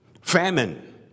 famine